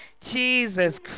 Jesus